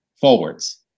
forwards